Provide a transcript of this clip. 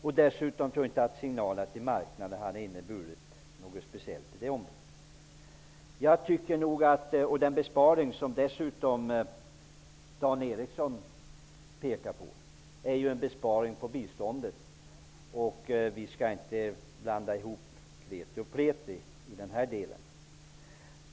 Jag tror inte att signalerna till marknaden hade inneburit något speciellt i det avseendet. Den besparing som Dan Eriksson pekar på avser dessutom biståndet. Vi skall i den här delen inte blanda ihop kreti och pleti.